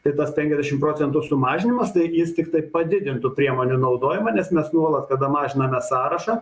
tai tas penkiasdešim procentų sumažinimas tai jis tiktai padidintų priemonių naudojimą nes mes nuolat kada mažiname sąrašą